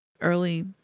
Early